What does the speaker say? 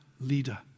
leader